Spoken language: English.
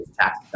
tax